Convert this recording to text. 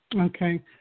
Okay